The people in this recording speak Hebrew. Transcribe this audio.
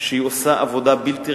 שעושה עבודה בלתי רגילה.